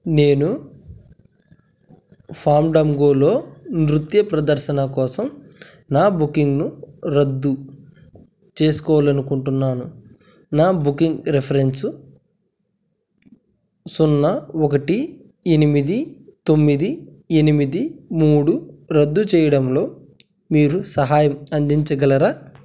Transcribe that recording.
నేను ఫాండంగోలో నృత్య ప్రదర్శన కోసం నా బుకింగ్ను రద్దు చేసుకోవాలి అనుకుంటున్నాను నా బుకింగ్ రిఫరెన్సు సున్నా ఒకటి ఎనిమిది తొమ్మిది ఎనిమిది మూడు రద్దు చేయడంలో మీరు సహాయం అందించగలరా